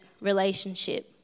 relationship